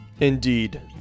Indeed